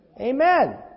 Amen